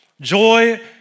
Joy